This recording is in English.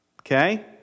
okay